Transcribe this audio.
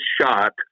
shot